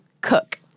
cook